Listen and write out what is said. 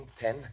ten